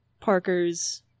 Parker's